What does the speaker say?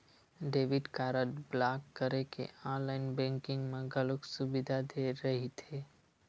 debit card block करे के online banking म घलो सुबिधा दे रहिथे